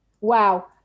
wow